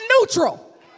neutral